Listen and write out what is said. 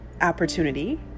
opportunity